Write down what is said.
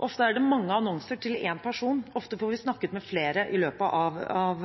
Ofte er det mange annonser til én person, ofte får vi snakket med flere i løpet av